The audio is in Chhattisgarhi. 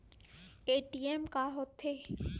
ए.टी.एम का होथे?